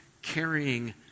Carrying